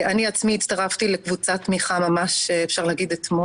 אני עצמי הצטרפתי לקבוצת תמיכה ממש אתמול,